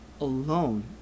alone